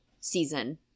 season